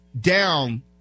down